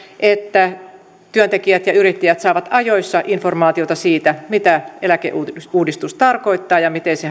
että työntekijät ja yrittäjät saavat ajoissa informaatiota siitä mitä eläkeuudistus tarkoittaa ja miten se